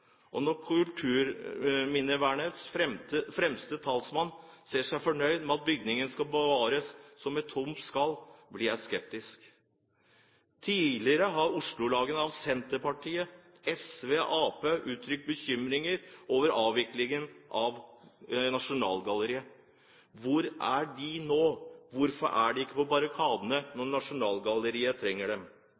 rømme. Når kulturminnevernets fremste talsmann ser seg fornøyd med at bygningen skal bevares som et tomt skall, blir jeg skeptisk. Tidligere har Oslo-lagene av Senterpartiet, SV og Arbeiderpartiet uttrykt bekymring over avviklingen av Nasjonalgalleriet. Hvor er de nå? Hvorfor er de ikke på barrikadene når Nasjonalgalleriet trenger dem?